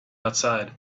outside